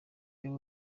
zimwe